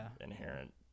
inherent